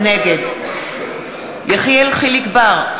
נגד יחיאל חיליק בר,